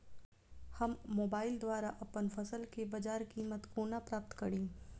हम मोबाइल द्वारा अप्पन फसल केँ बजार कीमत कोना प्राप्त कड़ी?